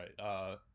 right